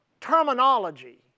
terminology